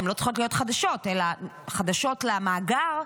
והן לא צריכות להיות חדשות אלא חדשות למאגר,